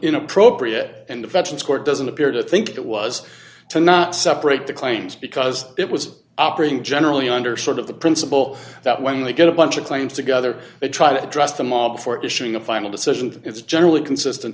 inappropriate and the veterans court doesn't appear to think it was to not separate the claims because it was operating generally under sort of the principle that when they get a bunch of claims together they try to address them all before issuing a final decision and it's generally consistent